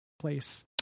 place